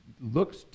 looks